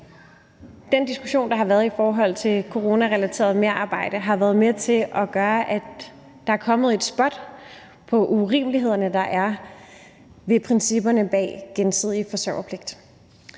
den diskussion, der har været i forhold til coronarelateret merarbejde, har været med til at gøre, at der er kommet et spot på urimelighederne, der er ved principperne bag gensidig forsørgerpligt.